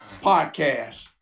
podcast